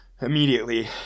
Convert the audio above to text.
immediately